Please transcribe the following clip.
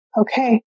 Okay